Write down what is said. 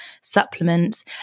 supplements